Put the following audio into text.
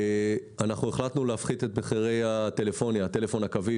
החלטנו להפחית את מחירי הטלפון הקווי